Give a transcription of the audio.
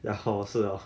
ya hor 是 lor